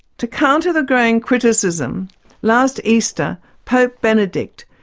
to counter the growing criticism last easter pope benedict,